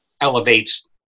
elevates